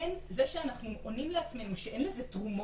וזה שאנחנו עונים לעצמנו שאין לזה תרומות,